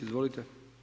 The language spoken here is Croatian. Izvolite.